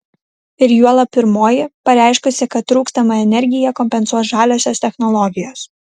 ir juolab pirmoji pareiškusi kad trūkstamą energiją kompensuos žaliosios technologijos